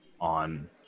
on